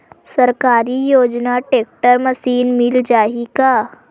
सरकारी योजना tractor machine मिल जाही का?